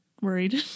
Worried